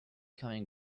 coming